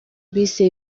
bise